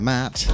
Matt